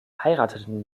heirateten